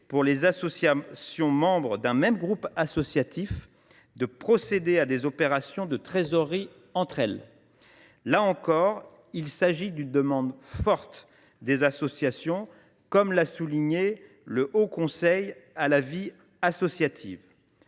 pour les associations membres d’un même groupe associatif, de procéder à des opérations de trésorerie entre elles. Là encore, il s’agit d’une demande forte des associations, comme l’a souligné le Haut Conseil à la vie associative.